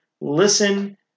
listen